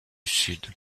sud